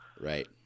Right